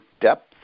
depth